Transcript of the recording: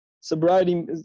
Sobriety